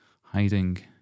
hiding